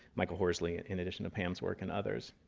michael horsley, in addition to pam's work and others.